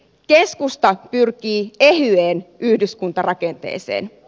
keskusta pyrkii ehyeen yhdyskuntarakenteeseen